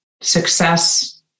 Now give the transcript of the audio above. success